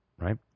right